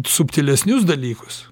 subtilesnius dalykus